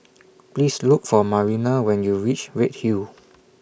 Please Look For Marina when YOU REACH Redhill